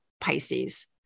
Pisces